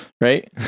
Right